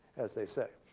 as they say.